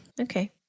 Okay